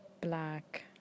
black